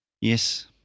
Yes